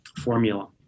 formula